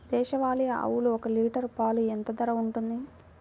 దేశవాలి ఆవులు ఒక్క లీటర్ పాలు ఎంత ధర ఉంటుంది?